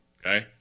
Okay